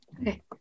Okay